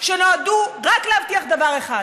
שנועדו להבטיח רק דבר אחד: